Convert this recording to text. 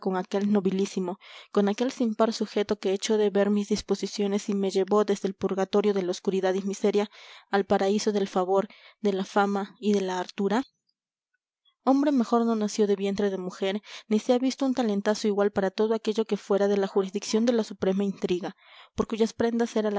aquel nobilísimo con aquel sin par sujeto que echó de ver mis disposiciones y me llevó desde el purgatorio de la oscuridad y miseria al paraíso del favor de la fama y de la hartura hombre mejor no nació de vientre de mujer ni se ha visto un talentazo igual para todo aquello que fuera de la jurisdicción de la suprema intriga por cuyas prendas era